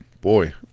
Boy